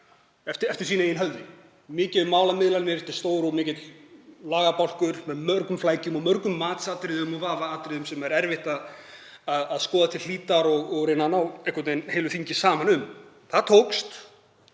eftir eigin höfði. Þar er mikið um málamiðlanir, þetta er stór og mikill lagabálkur með mörgum flækjum og mörgum matsatriðum og vafaatriðum sem er erfitt að skoða til hlítar og reyna að ná heilu þingi saman um. Það tókst